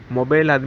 Mobile